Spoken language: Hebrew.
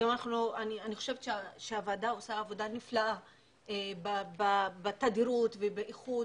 אני חושבת שהוועדה עושה עבודה נפלאה בתדירות ובאיכות